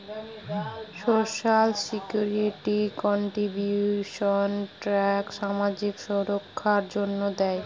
social security contributions tax সামাজিক সুররক্ষার জন্য দেয়